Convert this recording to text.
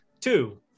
two